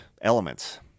elements